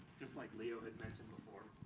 just like leo had mentioned before,